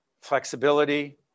flexibility